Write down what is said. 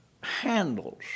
handles